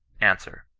answer.